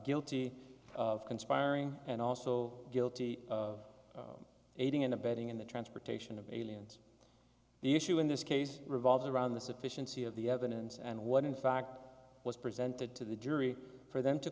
guilty of conspiring and also guilty of aiding and abetting in the transportation of aliens the issue in this case revolves around the sufficiency of the evidence and what in fact was presented to the jury for them to